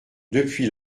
depuis